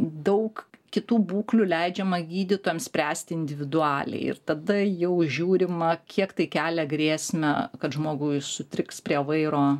daug kitų būklių leidžiama gydytojams spręsti individualiai ir tada jau žiūrima kiek tai kelia grėsmę kad žmogui sutriks prie vairo